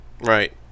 Right